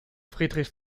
friedrich